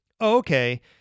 okay